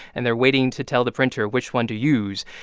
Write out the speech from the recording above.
and they're waiting to tell the printer which one to use.